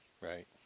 Right